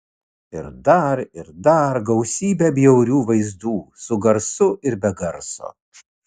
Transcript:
ir dar ir dar gausybę bjaurių vaizdų su garsu ir be garso